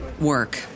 work